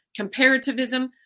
comparativism